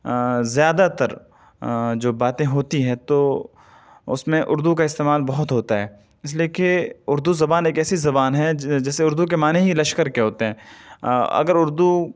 زیادہ تر جو باتیں ہوتی ہیں تو اس میں اردو کا استعمال بہت ہوتا ہے اس لئے کہ اردو زبان ایک ایسی زبان ہے جیسے اردو کے معنی ہی لشکر کے ہوتے ہیں اگر اردو